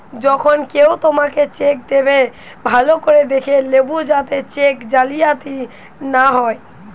যখন কেও তোমাকে চেক দেবে, ভালো করে দেখে লেবু যাতে চেক জালিয়াতি না হয়